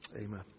Amen